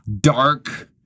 dark